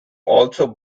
also